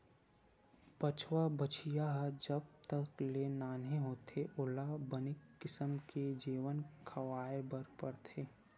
बछवा, बछिया ह जब तक ले नान्हे होथे ओला बने किसम के जेवन खवाए बर परथे